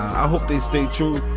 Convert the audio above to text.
i hope they stay true